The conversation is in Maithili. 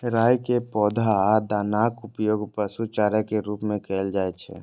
राइ के पौधा आ दानाक उपयोग पशु चारा के रूप मे कैल जाइ छै